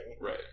Right